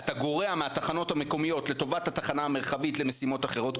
אתה גורע מהתחנות המקומיות לטובת התחנה המרחבית למשימות אחרות,